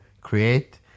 create